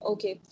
Okay